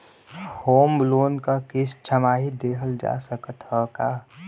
Home loan क किस्त छमाही देहल जा सकत ह का?